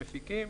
מפיקים,